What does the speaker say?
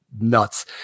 nuts